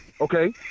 Okay